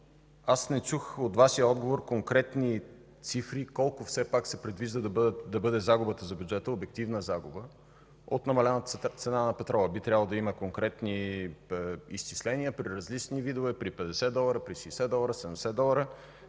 бюджета. От Вашия отговор не чух конкретни цифри и колко все пак се предвижда да бъде загубата за бюджета – обективна загуба, от намалената цена на петрола. Би трябвало да има конкретни изчисления при различни видове – при 50 долара, при 60 долара, 70 долара.